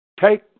Take